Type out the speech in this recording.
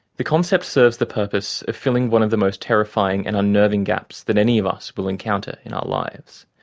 the concept serves the purpose of filling one of the most terrifying and unnerving gaps that any of us will encounter in our lives.